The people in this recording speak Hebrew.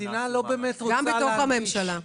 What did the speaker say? גם בתוך הממשלה.